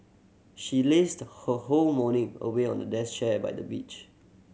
she lazed her whole morning away on a deck chair by the beach